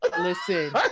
Listen